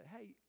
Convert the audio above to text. hey